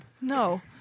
no